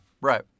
right